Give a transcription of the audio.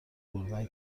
بردن